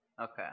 Okay